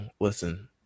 listen